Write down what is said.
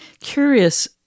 curious